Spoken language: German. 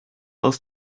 aus